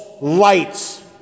lights